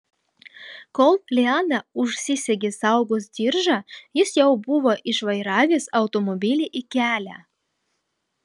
kol liana užsisegė saugos diržą jis jau buvo išvairavęs automobilį į kelią